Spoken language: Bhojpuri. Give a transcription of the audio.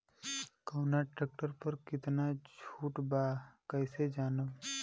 कवना ट्रेक्टर पर कितना छूट बा कैसे जानब?